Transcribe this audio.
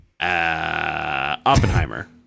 oppenheimer